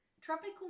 Tropical